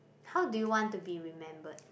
how do you want to be remembered